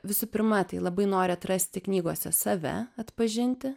visų pirma tai labai nori atrasti knygose save atpažinti